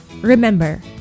Remember